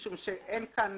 משום שאין כאן